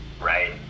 right